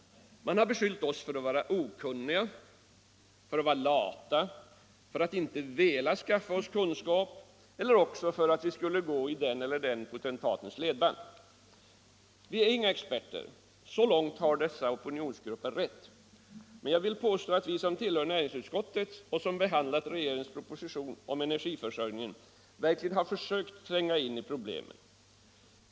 Man har beskyllt oss för att vara okunniga, för att vara för lata och inte vilja skaffa oss kunskap eller för att gå i den ena eller andra potentatens ledband. Vi är inga experter. Så långt har dessa opinionsgrupper rätt. Men jag vill påstå att vi som tillhör näringsutskottet och söm behandlat regeringens proposition om energiförsörjningen verkligen har försökt tränga in i problemen.